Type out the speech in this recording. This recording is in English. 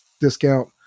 discount